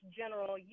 general